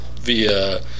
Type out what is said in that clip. via